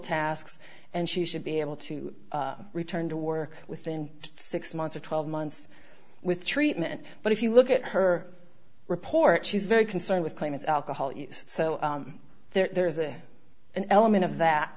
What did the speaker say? tasks and she should be able to return to work within six months or twelve months with treatment but if you look at her report she's very concerned with claimants alcohol use so there's an element of that